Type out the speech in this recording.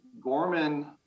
Gorman